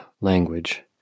language